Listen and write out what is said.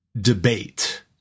debate